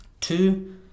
Two